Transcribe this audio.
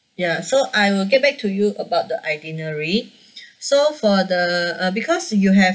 ya so I will get back to you about the itinerary so for the uh because you have